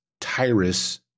Tyrus